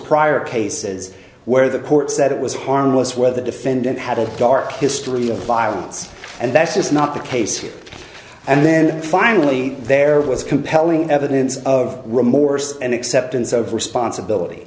prior cases where the court said it was harmless where the defendant had a dark history of violence and that's just not the case here and then finally there was compelling evidence of remorse and acceptance of responsibility